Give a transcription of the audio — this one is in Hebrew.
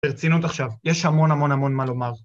ברצינות עכשיו, יש המון המון המון מה לומר.